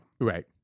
Right